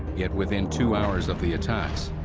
yet within two hours of the attacks,